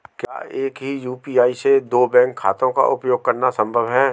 क्या एक ही यू.पी.आई से दो बैंक खातों का उपयोग करना संभव है?